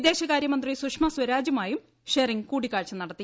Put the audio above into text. വിദേശകാര്യ മന്ത്രി സുഷമ സ്വരാജുമായും ഷെറിങ്ങ് കൂടിക്കാഴ്ച നടത്തി